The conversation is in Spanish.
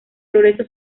progreso